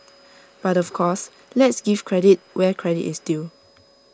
but of course let's give credit where credit is due